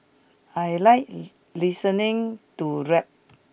I like listening to rap